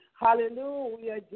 Hallelujah